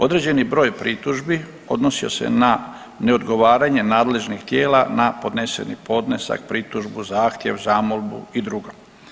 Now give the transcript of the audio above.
Određeni broj pritužbi odnosio se na neodgovaranje nadležnih tijela na podneseni podnesak, pritužbu, zahtjev, zamolbu i drugo.